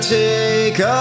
take